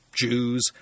Jews